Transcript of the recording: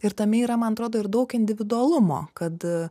ir tame yra man atrodo ir daug individualumo kad